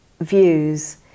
views